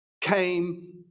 came